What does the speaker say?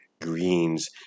Greens